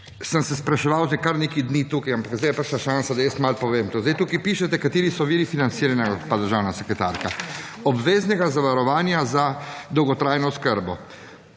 sem se spraševal že kar nekaj dni tukaj, ampak zdaj je prišla šansa, da jaz malo povem to. Zdaj tukaj pišete kateri so viri financiranja, gospa državna sekretarka. Obveznega zavarovanja za dolgotrajno oskrbo.